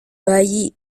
bayi